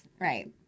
Right